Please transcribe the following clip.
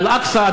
אל-אקצא,